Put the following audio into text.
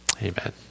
Amen